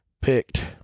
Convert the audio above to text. picked